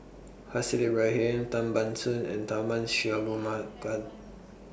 Haslir Ibrahim Tan Ban Soon and Tharman